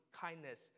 kindness